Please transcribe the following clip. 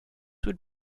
would